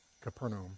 Capernaum